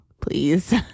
Please